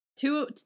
two